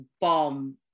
bomb